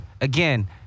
Again